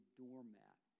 doormat